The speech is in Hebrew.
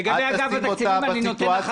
לגבי אגף התקציבים אני נותן לה חסינות.